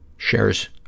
shares